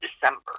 December